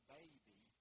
baby